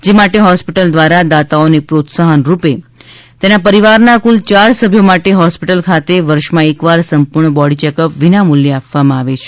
જે માટે જ્રોસ્પિટલ દ્વારા દાતાઓને પ્રોત્સાહન રૂપે પ્રશંસાપત્ર અને તેના પરિવારના કુલ ચાર સભ્યો માટે હોસ્પીટલ ખાતે વર્ષમાં એક વાર સંપૂર્ણ બોડી ચેકઅપ વિના મુલ્યે આપવામાં આવે છે